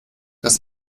das